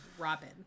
robin